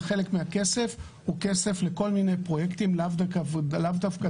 וחלק מהכסף הוא לכל מיני פרויקטים לאו דווקא